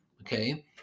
okay